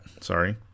sorry